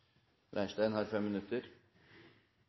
Leirstein har